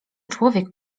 człowiek